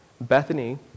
Bethany